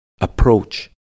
approach